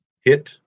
hit